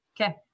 Okay